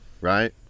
right